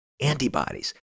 antibodies